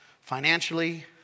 financially